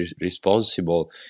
responsible